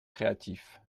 créatif